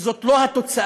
שזאת לא התוצאה